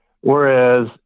Whereas